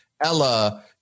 Ella